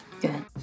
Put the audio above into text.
good